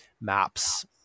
maps